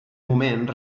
moment